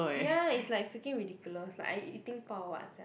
ya it's like freaking ridiculous like I eating Bao or what sia